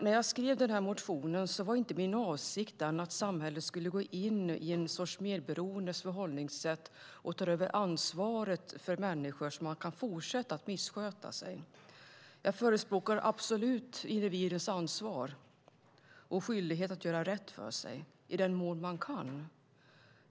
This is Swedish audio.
När jag skrev denna motion var inte min avsikt den att samhället skulle gå in med en sorts medberoendes förhållningssätt och ta över ansvaret för människor så att de kan fortsätta att missköta sig. Jag förespråkar absolut individens ansvar och skyldighet att göra rätt för sig i den mån man kan.